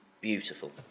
beautiful